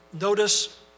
Notice